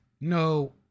no